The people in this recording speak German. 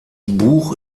buch